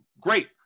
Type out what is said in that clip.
Great